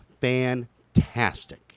fantastic